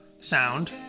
sound